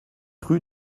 rue